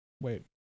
wait